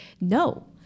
No